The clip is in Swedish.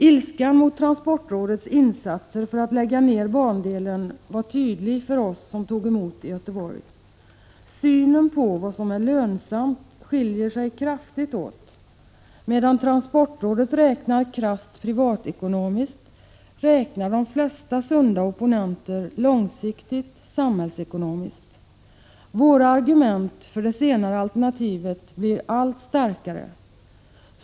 Ilskan mot transportrådets ”insatser” för att lägga ner bandelen var tydlig för oss som tog emot i Göteborg. Synen på vad som är lönsamt skiljer sig kraftigt åt: medan transportrådet räknar krasst privatekonomiskt, räknar de flesta sunda opponenter långsiktigt samhällsekonomiskt. Våra argument för det senare alternativet blir allt starkare.